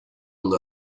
ondo